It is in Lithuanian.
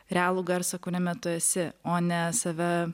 realų garsą kuriame tu esi o ne save